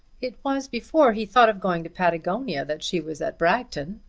it was before he thought of going to patagonia that she was at bragton,